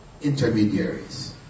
intermediaries